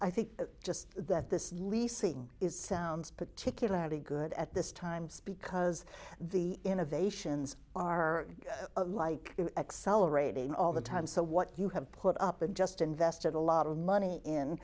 i think it's just that this leasing is sounds particularly good at this times because the innovations are like accelerating all the time so what you have put up and just invested a lot of money in